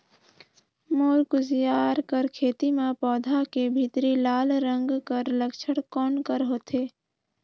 मोर कुसियार कर खेती म पौधा के भीतरी लाल रंग कर लक्षण कौन कर होथे?